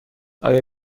آیا